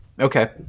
okay